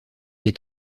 est